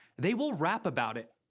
they will rap about it.